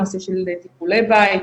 הנושא של חולי בית,